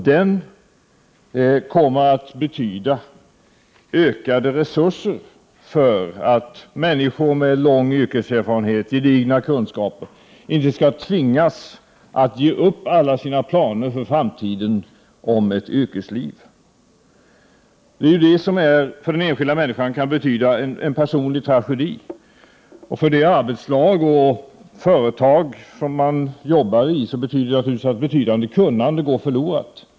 Den kommer att betyda ökade resurser, så att människor med lång yrkeserfarenhet och gedigna kunskaper, som slagits ut från arbetsmarknaden, inte skall tvingas att ge upp alla sina planer på ett yrkesliv i framtiden. Om så sker, kan detta för den enskilda människan betyda en personlig tragedi. För det arbetslag och det företag som man arbetar i innebär det naturligtvis att betydande kunnande går förlorat.